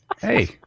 Hey